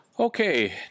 Okay